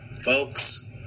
folks